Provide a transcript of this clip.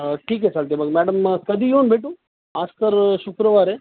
ठीक आहे चालते मग मॅडम मग कधी येऊन भेटू आजतर शुक्रवार आहे